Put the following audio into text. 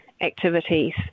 activities